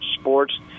Sports